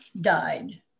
died